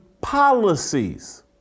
policies